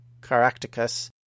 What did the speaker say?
Caractacus